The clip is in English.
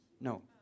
no